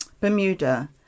Bermuda